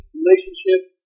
relationships